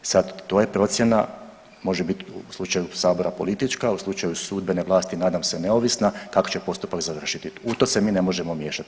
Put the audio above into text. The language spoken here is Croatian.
Sad to je procjena može bit u slučaju sabora politička, u slučaju sudbene vlasti nadam se neovisna tako će postupak završiti u to se mi ne možemo miješati.